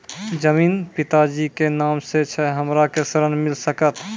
जमीन पिता जी के नाम से छै हमरा के ऋण मिल सकत?